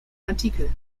artikel